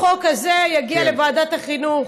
החוק הזה יגיע לוועדת החינוך,